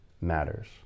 matters